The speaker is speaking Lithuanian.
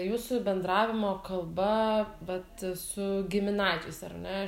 jūsų bendravimo kalba vat su giminaičiais ar ne